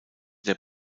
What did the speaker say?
der